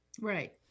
right